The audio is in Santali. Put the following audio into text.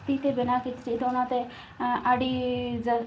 ᱛᱤᱛᱮ ᱵᱮᱱᱟᱣ ᱠᱤᱪᱨᱤᱡᱽᱫᱚ ᱚᱱᱟᱛᱮ ᱟᱹᱰᱤᱻ